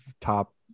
top